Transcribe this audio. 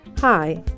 Hi